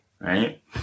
right